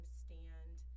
stand